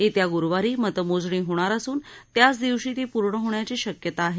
येत्या गुरुवारी मतमोजणी होणार असून त्याच दिवशी ती पूर्ण होण्याची शक्यता आहे